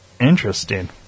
Interesting